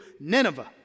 Nineveh